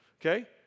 okay